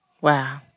Wow